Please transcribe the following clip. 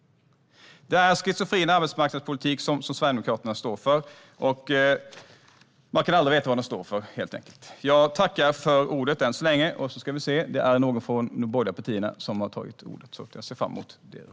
Det är en schizofren arbetsmarknadspolitik som Sverigedemokraterna står för. Man kan helt enkelt aldrig veta vad de står för.